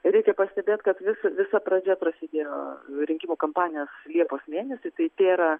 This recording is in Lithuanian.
reikia pastebėt kad visa pradžia prasidėjo rinkimų kampanijos liepos mėnesį tai tėra